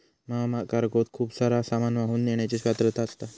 महाकार्गोत खूप सारा सामान वाहून नेण्याची पात्रता असता